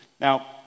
Now